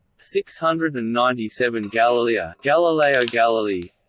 six hundred and ninety seven galilea galilea galilea